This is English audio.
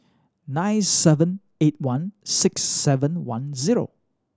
nine seven eight one six seven one zero